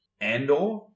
Andor